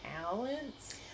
talents